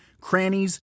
crannies